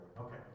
Okay